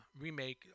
remake